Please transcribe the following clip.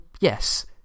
yes